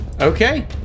Okay